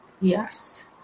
Yes